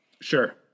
Sure